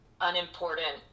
unimportant